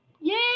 yay